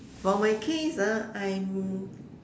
for my case ah I'm